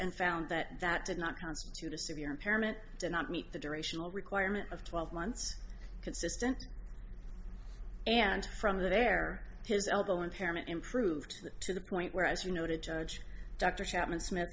and found that that did not constitute a severe impairment did not meet the durational requirement of twelve months consistent and from there his elbow impairment improved that to the point where as you noted george dr chapman smith